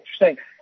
interesting